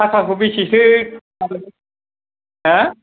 थाखाखौ बेसेसो होगोन मा